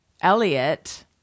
Elliot